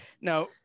Now